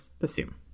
assume